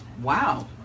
Wow